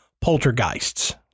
poltergeists